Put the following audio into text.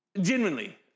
Genuinely